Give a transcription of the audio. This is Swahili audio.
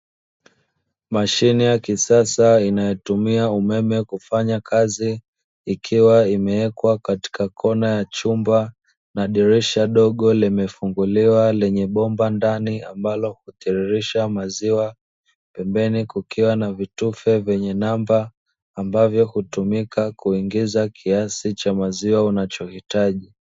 Mashine ya kisasa inayotumia umeme kufanya kazi, ikiwa imewekwa katika kona ya chumba na dirisha dogo limefunguliwa lenye bomba ndani ambalo hutiririsha maziwa. Pembeni kukiwa na vitufe vyenye namba ambavyo hutumika kuingiza kiasi cha maziwa unachohitaji.